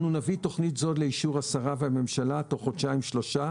אנו נביא תוכנית זו לאישור השרה והממשלה תוך חודשיים-שלושה,